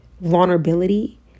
vulnerability